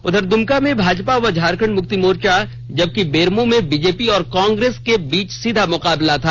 इधर द्मका में भाजपा व झामुमो जबकि बेरमो में बीजेपी और कांग्रेस के बीच सीधा मुकाबला था